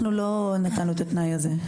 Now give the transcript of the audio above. אנחנו לא קבענו את התנאי הזה.